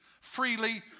freely